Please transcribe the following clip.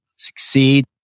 succeed